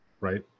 Right